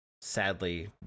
Sadly